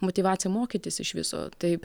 motyvaciją mokytis iš viso taip